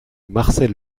marcel